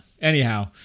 anyhow